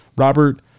Robert